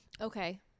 Okay